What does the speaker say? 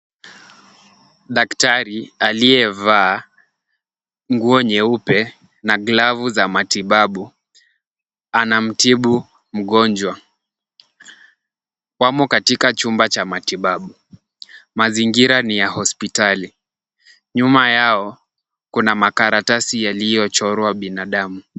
Daktari aliyevaa nguo nyeupe na glavu za matibabu anamtibu mgonjwa. Wamo katika chumba cha matibabu. Mazingira ni ya hospitali. Nyuma yao kuna makaratasi yaliyochorwa binadamu.